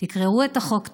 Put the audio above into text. תקראו את החוק טוב.